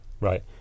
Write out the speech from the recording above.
right